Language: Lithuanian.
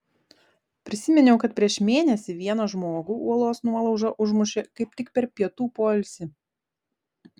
prisiminiau kad prieš mėnesį vieną žmogų uolos nuolauža užmušė kaip tik per pietų poilsį